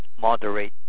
moderate